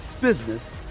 business